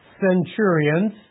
centurions